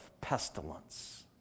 pestilence